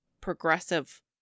progressive